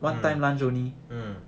mm mm